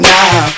Now